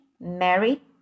Mary